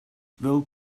fel